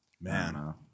Man